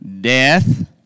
death